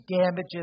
damages